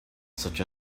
such